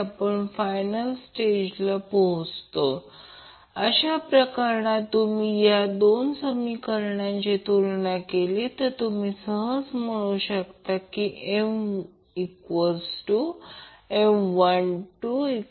तर आता रेझोनन्स स्थितीसाठी मी सांगितले की RL 2 L C 0 आणि RC 2 L C 0 दोन्ही पॉझिटिव्ह असणे आवश्यक आहे याचा अर्थ RL 2 L C आणि RC 2 L C